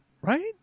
Right